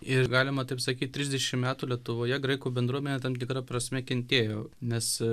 ir galima taip sakyt trisdešimt metų lietuvoje graikų bendruomenė tam tikra prasme kentėjo nes